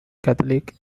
catholic